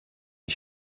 ich